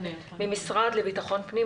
מהמשרד לבטחון פנים,